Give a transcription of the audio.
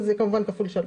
כפול שלוש.